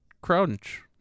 Crunch